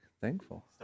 thankful